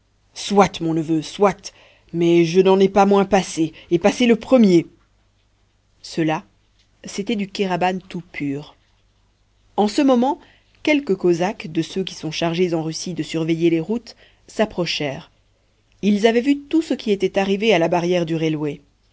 soit mon neveu soit mais je n'en ai pas moins passé et passé le premier cela c'était du kéraban tout pur en ce moment quelques cosaques de ceux qui sont chargés en russie de surveiller les routes s'approchèrent ils avaient vu tout ce qui était arrivé à la barrière du